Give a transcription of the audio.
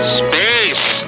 space